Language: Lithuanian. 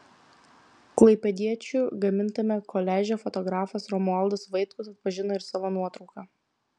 klaipėdiečių gamintame koliaže fotografas romualdas vaitkus atpažino ir savo nuotrauką